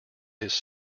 his